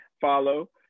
follow